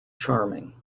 charming